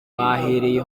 baherereye